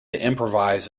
improvise